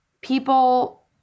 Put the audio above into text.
people